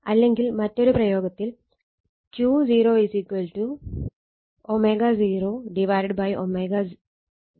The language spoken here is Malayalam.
അല്ലെങ്കിൽ മറ്റൊരു പ്രയോഗത്തിൽ Q0 W0 W2 W1